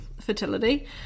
fertility